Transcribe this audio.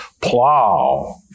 plow